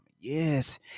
yes